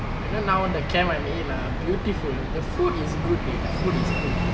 and then now the camp I'm in ah beautiful the food is good the food is good